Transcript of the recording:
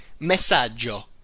messaggio